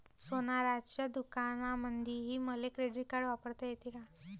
सोनाराच्या दुकानामंधीही मले क्रेडिट कार्ड वापरता येते का?